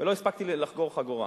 ולא הספקתי לחגור חגורה,